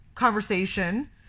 conversation